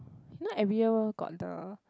not every year got the